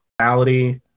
reality